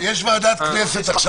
יש ועדת כנסת עכשיו.